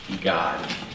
God